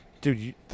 Dude